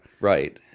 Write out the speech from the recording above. Right